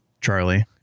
Charlie